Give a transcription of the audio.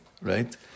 right